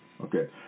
Okay